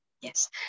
Yes